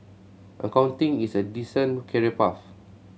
accounting is a decent career path